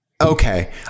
okay